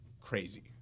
crazy